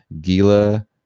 Gila